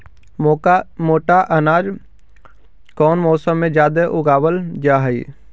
मोटा अनाज कौन मौसम में जादे उगावल जा हई?